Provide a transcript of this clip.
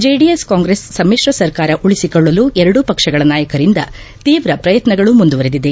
JDS Congress ಸಮಿತ್ರ ಸರ್ಕಾರ ಉಳಿಸಿಕೊಳ್ಳಲು ಎರಡೂ ಪಕ್ಷಗಳ ನಾಯಕರಿಂದ ತೀವ್ರ ಪ್ರಯತ್ನಗಳು ಮುಂದುವರೆದಿದೆ